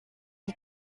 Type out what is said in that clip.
die